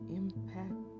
impact